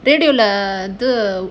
radio யோல இது:ola idhu